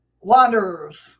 wanderers